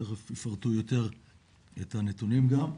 תכף יפרטו יותר את הנתונים גם.